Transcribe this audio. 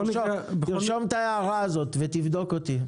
תרשום את ההערה הזאת ותבדוק אותי.